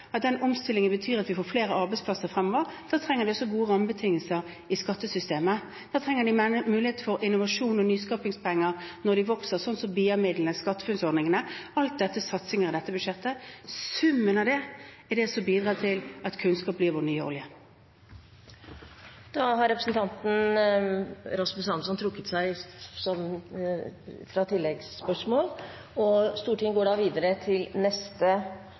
den omstillingen skal bety at vi får flere arbeidsplasser fremover, trenger de også gode rammebetingelser i skattesystemet, og de trenger muligheten for innovasjons- og nyskapingspenger når de vokser – sånn som BIA-midlene og SkatteFUNN-ordningen. Alt dette er satsinger i dette budsjettet. Summen av det bidrar til at kunnskap blir vår nye